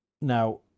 now